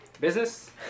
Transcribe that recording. business